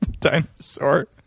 Dinosaur